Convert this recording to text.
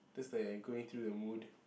that's like you're going through the mood